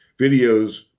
Videos